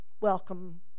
welcome